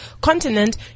continent